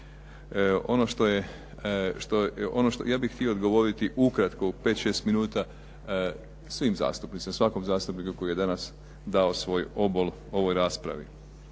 Ono što, ja bih htio odgovoriti ukratko u 5, 6 minuta svim zastupnicima, svakom zastupniku koji je danas dao svoj obol ovoj raspravi.